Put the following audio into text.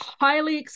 highly